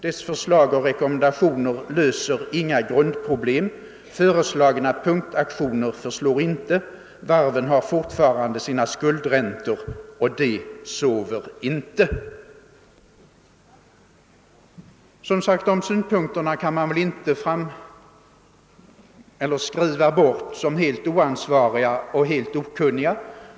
Dess förslag och rekommendationer löser inga grundproblem. Föreslagna punktaktioner förslår inte. Varven har fortfarande sina skuldräntor — och de sover inte.» De synpunkterna kan man som sagt inte vifta bort som helt präglade av oansvarighet och okunnighet.